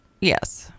yes